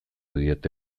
didate